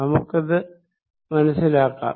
നമുക്കിത് മനസിലാക്കാം